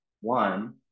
one